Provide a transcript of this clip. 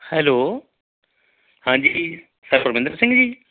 hello ਹਾਂਜੀ ਹਰਵਿੰਦਰ ਸਿੰਘ ਜੀ